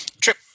Trip